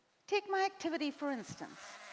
take my activity, for instance,